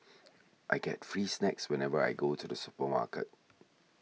I get free snacks whenever I go to the supermarket